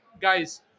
guys